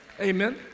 Amen